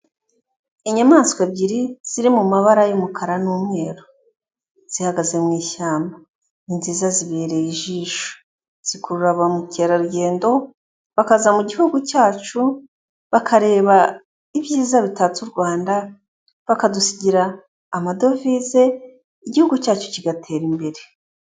Inyamaswa ebyiri ziri mu mabara y'umukara n'umweru, zihagaze mu ishyamba ni nziza zibereye ijisho, zikurura ba mukerarugendo bakaza mu gihugu cyacu bakareba ibyiza bitatse u Rwanda bakadusigira amadovize igihugu cyacu kigatera imbere.